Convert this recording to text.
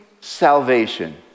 salvation